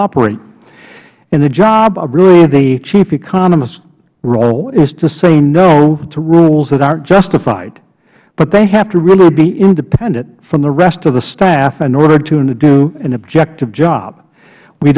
operate and the job of really the chief economist role is to say no to rules that aren't justified but they have to really be independent from the rest of the staff in order to do an objective job we